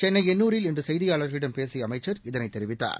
சென்னை எண்னூரில் இன்று செய்தியார்களிடம் பேசிய அமைச்சர் இதனைத் தெரிவித்தார்